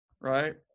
right